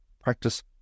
Practice